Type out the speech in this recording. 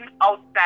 outside